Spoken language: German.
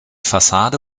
fassade